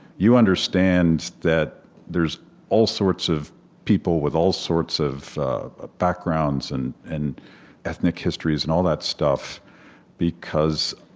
you understand that there's all sorts of people with all sorts of ah backgrounds and and ethnic histories and all that stuff because